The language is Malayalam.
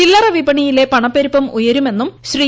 ചില്ലറവിപണിയിലെ പണപ്പെരുപ്പം ഉയ്രൂ്മെന്നും ശ്രീ